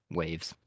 waves